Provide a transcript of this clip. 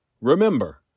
Remember